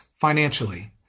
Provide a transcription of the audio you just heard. financially